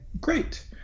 great